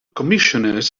commissioners